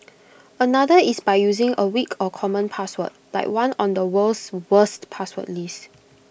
another is by using A weak or common password like one on the world's worst password list